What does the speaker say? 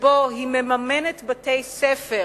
שבו היא מממנת בתי-ספר